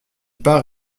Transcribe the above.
pas